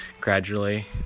gradually